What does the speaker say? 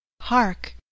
Hark